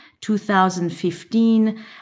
2015